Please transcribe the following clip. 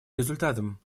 результатом